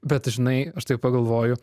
bet žinai aš taip pagalvoju